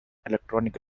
electronic